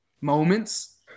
moments